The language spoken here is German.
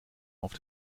auf